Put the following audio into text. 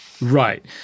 Right